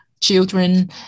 children